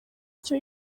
icyo